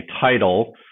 title